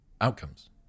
outcomes